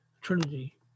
trinity